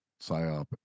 psyop